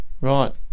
right